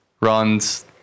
runs